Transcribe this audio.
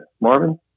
Marvin